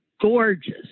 gorgeous